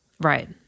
Right